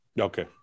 Okay